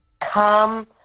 come